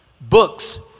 books